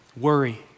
worry